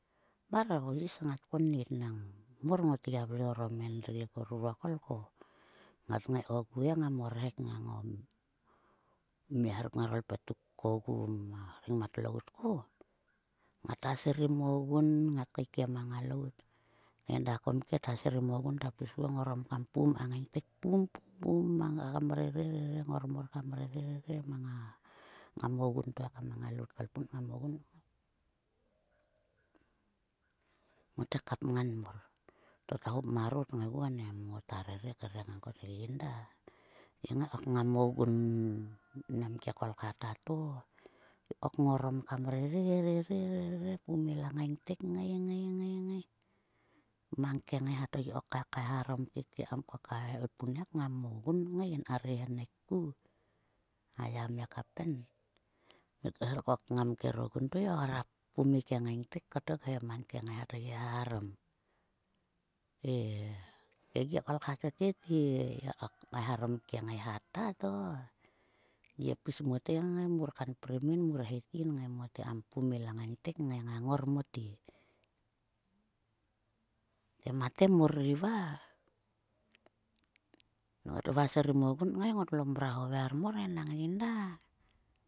Mar, o is ngat konit nang mor, ngot gia vle orom endri rurokol ko. Ngat ngai kogu he ngam o rhek ngang o mia ruk ngaro lpetuk kogu ma rengmat lout ko. Ngata srim o gun, ngat kaekiem a ngalout. Enda a komkie ta srim o gun, ta pis kuon. Ta ngorom kam pum ka ngaingtek, pum, pum, pum mang a rere. Ngormor kam rere rere mang a ngan o gun to ko ekam a ngalout tkaelpun kngam o gun kngai. Nogte kapngan mor. To ta hop marot kngai guon em. Ngota rere krere ngang kat ge yin da, yi ngai kok ngam o gun nam ke kolkha ta to. Yi kok ngorom kam rere rere pum ila ngaingtek ngai, ngai, ngai mang ke ngaiha to yi ko ka kaeharom tete kam koka elpun ngam o gun kngai. Yin kri henek tku. A yame ka pen-met her kok ngam kero gun to yi hera pum ike ngaingtek ko tok he mang ike ngaiha to yi kaeharom. E ke gi kolkha to tete, ye kok eharom ike ngaiha ta to yi pis mote ngai mur kanprim yin, mur het yin ngai mote kam pum ila ngaingtek ngai ngang ngor mote. Te mate mori va, ngot vua srim o gun kngai ngotlo mrua hover mar e, nang yin da.